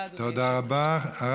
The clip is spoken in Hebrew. תודה, אדוני היושב-ראש.